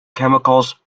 chemicals